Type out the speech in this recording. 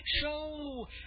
show